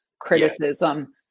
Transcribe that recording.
criticism